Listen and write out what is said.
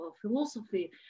philosophy